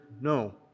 No